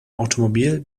automobil